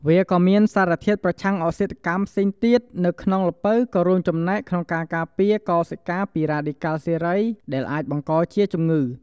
វាក៏៏មានសារធាតុប្រឆាំងអុកស៊ីតកម្មផ្សេងទៀតនៅក្នុងល្ពៅក៏រួមចំណែកក្នុងការការពារកោសិកាពីរ៉ាឌីកាល់សេរី ដែលអាចបង្កជាជំងឺ។